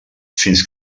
fins